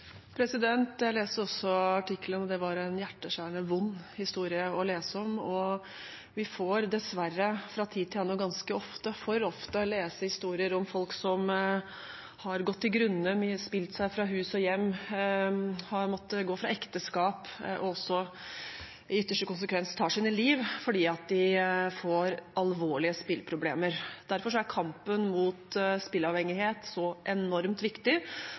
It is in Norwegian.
Jeg leste også artikkelen, det var en hjerteskjærende og vond historie å lese. Vi får dessverre fra tid til annen, ganske ofte – for ofte – lese historier om folk som har gått til grunne, har spilt seg fra hus og hjem, har måttet gå fra ekteskap og i ytterste konsekvens tar sitt liv fordi de får alvorlige spilleproblemer. Derfor er kampen mot spilleavhengighet enormt viktig, og den kampen fører regjeringen langs mange spor. Det er enormt viktig.